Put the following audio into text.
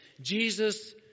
Jesus